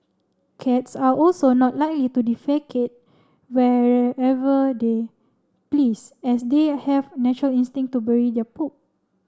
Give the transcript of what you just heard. cats are also not likely to defecate wherever they please as they are have natural instinct to bury their poop